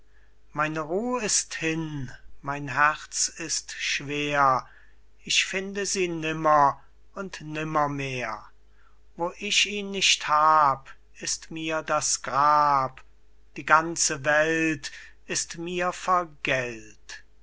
meine ruh ist hin mein herz ist schwer ich finde sie nimmer und nimmermehr wo ich ihn nicht hab ist mir das grab die ganze welt ist mir vergällt